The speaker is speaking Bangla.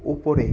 উপরে